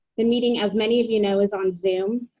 the meeting as many of you know is on zoom.